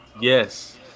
yes